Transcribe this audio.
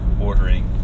ordering